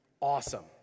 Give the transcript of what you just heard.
Awesome